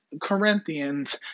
Corinthians